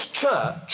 church